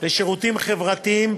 לשירותים חברתיים,